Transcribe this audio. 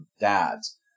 dads